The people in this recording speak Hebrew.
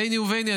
ביני לביני,